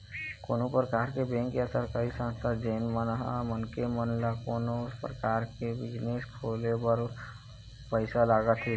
कोनो परकार के बेंक या सरकारी संस्था जेन मन ह मनखे मन ल कोनो परकार के बिजनेस खोले बर पइसा लगाथे